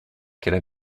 qu’elle